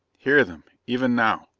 hear them. even now!